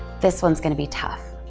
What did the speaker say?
this one's gonna be tough.